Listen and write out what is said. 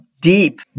deep